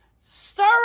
stir